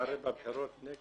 כן.